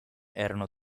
erano